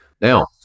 Now